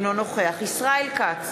אינו נוכח ישראל כץ,